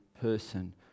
person